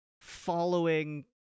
following